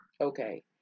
okay